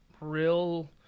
real